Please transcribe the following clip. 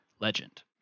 legend